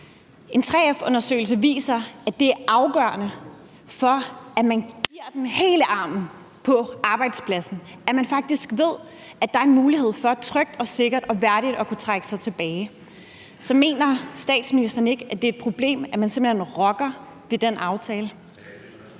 En 3F-undersøgelse viser, at det er afgørende, for at man giver den hele armen på arbejdspladsen, at man faktisk ved, at der er en mulighed for trygt, sikkert og værdigt at kunne trække sig tilbage. Så mener statsministeren ikke, at det er et problem, at man simpelt hen rokker ved den aftale?